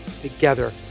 together